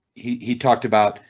he he talked about,